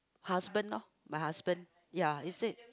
husband lor my husband ya he said